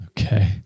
Okay